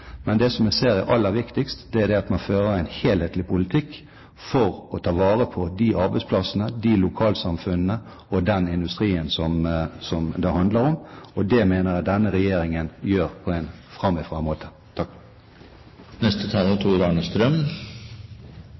Men det jeg ser som aller viktigst, er at man fører en helhetlig politikk for å ta vare på de arbeidsplassene, de lokalsamfunnene og den industrien som det handler om. Det mener jeg denne regjeringen gjør på en